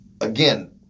again